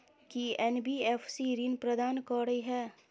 की NBFC ऋण प्रदान करे है?